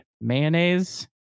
mayonnaise